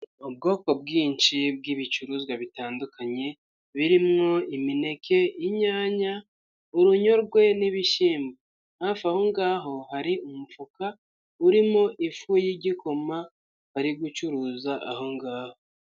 Ubwoko bwinshi bw'ibicuruzwa bitandukanye bimo imineke, inyanya, urunyorwe n'ibishyimbo. Hafi aho ngaho hari umufuka urimo ifu y'igikoma bari gucuruza aho ngaho.